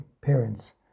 parents